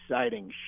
exciting